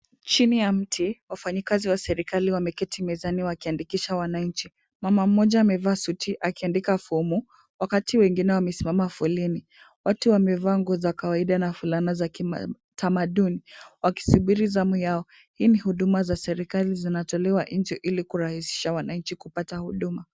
Chini ya mti wafanyikazi wa serikali wameketi mezani wakiandikisha wananchi. Mama mmoja amevaa suti akiandika fomu wakati wengine wamesimama foleni. Watu wamevaa nguo za kawaida na fulana za kitamaduni wakisubiri zamu yao. Hii ni huduma za serikali zinatolewa nje ili kurahisisha wananchi kupata huduma.